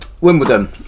Wimbledon